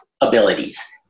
abilities